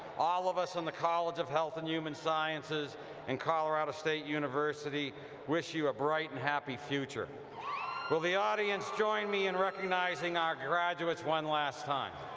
all of us in the college of health and human sciences and colorado state university wish you a bright and happy future will the audience join me in recognizing our graduates one last time.